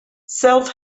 self